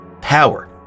power